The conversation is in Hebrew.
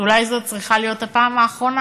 שאולי זאת תהיה הפעם האחרונה,